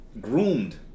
groomed